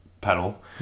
pedal